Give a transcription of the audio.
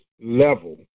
level